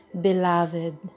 Beloved